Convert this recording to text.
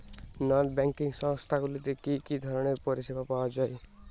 নন banking সংস্থা গুলিতে কি কি ধরনের পরিসেবা পাওয়া য়ায়?